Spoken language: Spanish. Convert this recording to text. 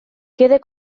quede